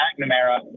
McNamara